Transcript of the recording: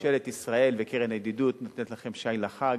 ממשלת ישראל והקרן לידידות נותנות לכם שי לחג.